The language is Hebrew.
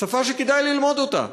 שפה שכדאי ללמוד אותה,